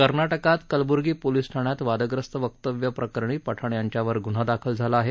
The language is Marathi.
कर्नाटकात कलब्र्गी पोलीस ठाण्यात वादग्रस्त वक्तव्य प्रकरणी पठाण यांच्यावर गुन्हा दाखल झाला आहे